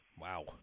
Wow